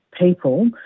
people